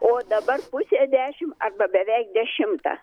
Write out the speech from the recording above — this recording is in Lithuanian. o dabar pusę dešimt arba beveik dešimtą